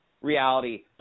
reality